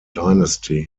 dynasty